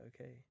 Okay